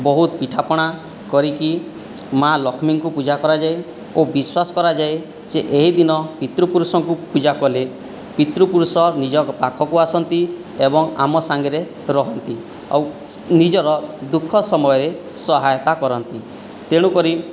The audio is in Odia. ବହୁତ ପିଠା ପଣା କରିକି ମା' ଲକ୍ଷ୍ମୀଙ୍କୁ ପୂଜା କରାଯାଏ ଓ ବିଶ୍ୱାସ କରାଯାଏ ଯେ ଏହି ଦିନ ପିତୃ ପୁରୁଷଙ୍କୁ ପୂଜା କଲେ ପିତୃ ପୁରୁଷ ନିଜ ପାଖକୁ ଆସନ୍ତି ଏବଂ ଆମ ସାଙ୍ଗରେ ରହନ୍ତି ଆଉ ନିଜର ଦୁଃଖ ସମୟରେ ସହାୟତା କରନ୍ତି ତେଣୁକରି